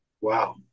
Wow